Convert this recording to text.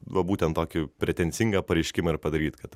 va būtent tokį pretenzingą pareiškimą ir padaryti kad